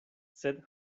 sed